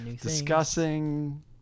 discussing